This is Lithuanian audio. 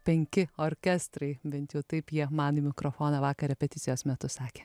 penki orkestrai bent jau taip jie man į mikrofoną vakar repeticijos metu sakė